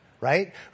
right